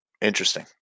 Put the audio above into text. interesting